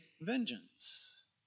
vengeance